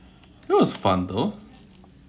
that was fun though